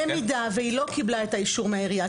במידה והיא לא קיבלה את האישור מהעירייה,